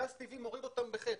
גז טבעי מוריד אותם בחצי.